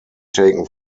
taken